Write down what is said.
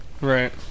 Right